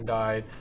died